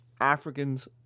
Africans